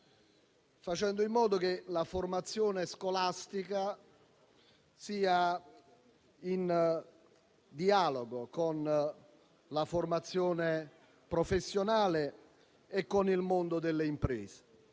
facendo in modo che la formazione scolastica sia in dialogo con la formazione professionale e con il mondo delle imprese,